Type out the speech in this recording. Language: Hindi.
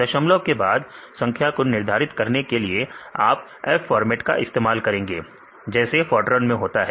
दशमलव के बाद संख्या को निर्धारित करने के लिए आप f फॉर्मेट का इस्तेमाल करेंगे जैसा फॉरटर्न में होता है